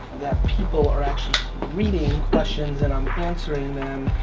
people are actually reading questions and i'm answering them